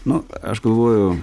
nu aš galvoju